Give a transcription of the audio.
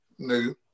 nigga